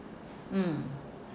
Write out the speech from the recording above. mm